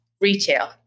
retail